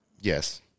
Yes